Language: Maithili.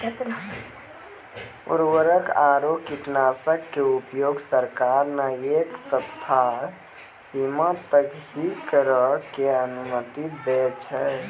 उर्वरक आरो कीटनाशक के उपयोग सरकार न एक तय सीमा तक हीं करै के अनुमति दै छै